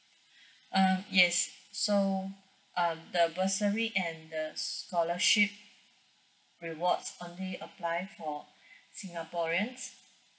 uh yes so err the bursary and the scholarship rewards only apply for singaporeans